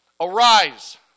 Arise